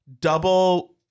double